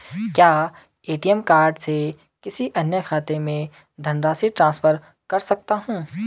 क्या ATM card से किसी अन्य खाते में धनराशि ट्रांसफर कर सकता हूँ?